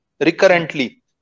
recurrently